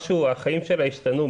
החיים שלה ישתנו,